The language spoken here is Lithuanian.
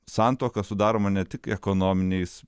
santuoka sudaroma ne tik ekonominiais